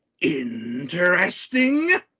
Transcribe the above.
interesting